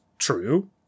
true